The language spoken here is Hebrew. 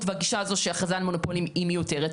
בגישה זו שההכרזה על מונופולין היא מיותרת,